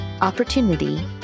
opportunity